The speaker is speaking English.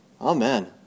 Amen